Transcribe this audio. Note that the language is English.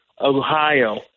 Ohio